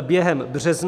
během března.